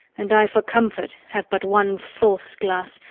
and i for comfort have but one false glass,